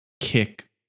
kick